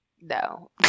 no